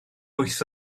wyth